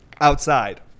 outside